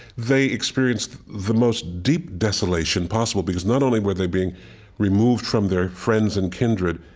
they experienced the most deep desolation possible, because not only were they being removed from their friends and kindred,